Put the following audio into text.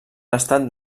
estat